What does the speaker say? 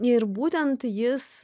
ir būtent jis